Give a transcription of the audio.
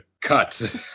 Cut